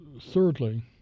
Thirdly